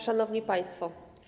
Szanowni Państwo!